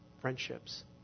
friendships